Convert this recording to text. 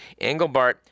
Engelbart